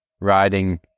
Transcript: riding